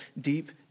deep